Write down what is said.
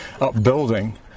upbuilding